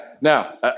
now